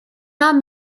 not